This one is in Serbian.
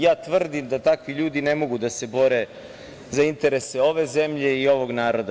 Ja tvrdim da takvi ljudi ne mogu da se bore za interese ove zemlje i ovog naroda.